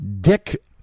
dick